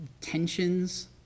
tensions